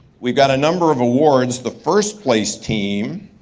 we've got a number of awards. the first place team.